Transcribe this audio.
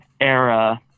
era